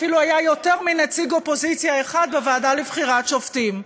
אפילו היה יותר מנציג אופוזיציה אחד בוועדה לבחירת שופטים.